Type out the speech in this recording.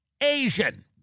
Asian